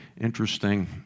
Interesting